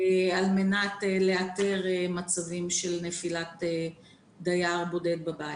על מנת לאתר מצבים של נפילת דייר בודד בבית.